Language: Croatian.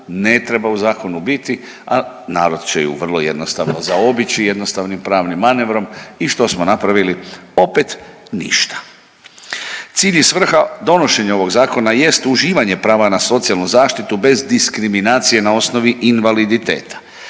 ne treba u zakonu biti, ali narod će ju vrlo jednostavno zaobići jednostavnim pravnim manevrom i što smo napravili? Opet ništa. Cilj i svrha donošenja ovog Zakona jest uživanje prava na socijalnu zaštitu bez diskriminacije na osnovi invaliditeta.